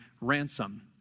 ransom